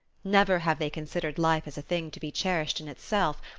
never have they considered life as a thing to be cherished in itself,